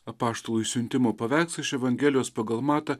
apaštalų išsiuntimo paveikslą iš evangelijos pagal matą